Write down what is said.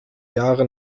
jahre